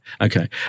okay